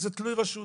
זה תלוי רשות,